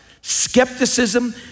skepticism